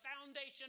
foundation